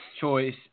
choice